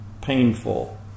painful